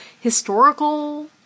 historical